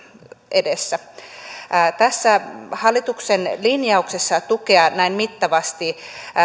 edessä hallituksen linjauksessa tukea näin mittavasti